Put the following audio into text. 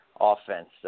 Offense